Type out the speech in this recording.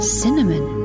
cinnamon